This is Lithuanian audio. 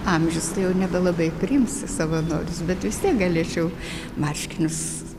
amžius tai jau nebelabai priims į savanorius bet vis tiek galėčiau marškinius